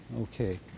Okay